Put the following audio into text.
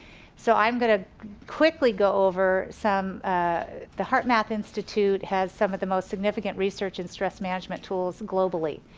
so i'm gonna quickly go over some the heart map institute has some of the most significant research in stress management tools globally.